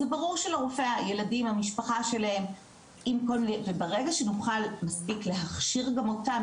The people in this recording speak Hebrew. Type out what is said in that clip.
זה ברור שלרופא הילדים המשפחה שלהם וברגע שנוכל מספיק להכשיר גם אותם,